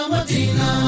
Madina